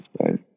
right